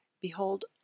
BEHOLD